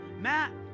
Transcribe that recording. Matt